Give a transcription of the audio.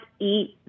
eat